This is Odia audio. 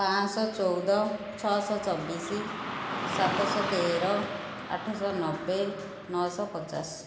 ପାଁଶ ଚଉଦ ଛଅଶହ ଚବିଶି ସାତଶହ ତେର ଆଠଶହ ନବେ ନଅଶହ ପଚାଶ